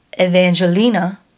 Evangelina